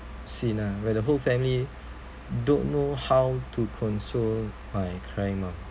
scene lah where the whole family don't know how to console my crying mom